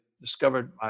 discovered